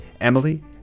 Emily